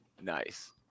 Nice